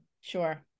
Sure